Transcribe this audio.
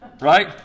Right